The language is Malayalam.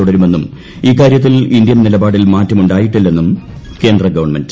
തുടരുമെന്നും ഇക്കാരൃത്തിൽ ഇന്ത്യൻ നിലപാടിൽ മാറ്റം ഉണ്ടായിട്ടില്ലെന്നും കേന്ദ്ര ഗവൺമെന്റ്